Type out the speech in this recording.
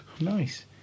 Nice